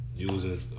Using